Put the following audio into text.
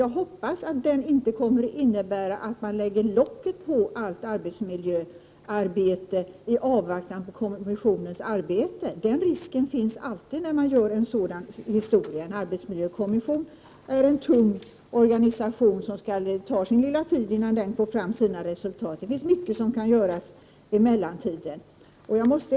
Jag hoppas att den inte kommer att innebära att man lägger locket på allt arbetsmiljöarbete i avvaktan på kommissionens resultat — den risken finns ju alltid när man gör en sådan historia. En arbetsmiljökommission är en tung organisation, som kommer att ta sin tid innan den får fram sina resultat. Det finns mycket som kan göras under mellantiden.